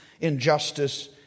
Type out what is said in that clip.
injustice